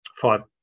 five